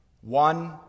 one